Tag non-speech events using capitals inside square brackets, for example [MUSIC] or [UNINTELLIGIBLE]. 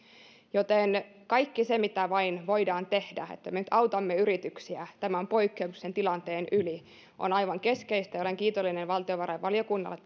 joten kaikki se mitä vain voidaan tehdä että me nyt autamme yrityksiä tämän poikkeuksellisen tilanteen yli on aivan keskeistä olen kiitollinen valtiovarainvaliokunnalle [UNINTELLIGIBLE]